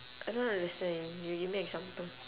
I don't understand you give me example